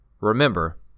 Remember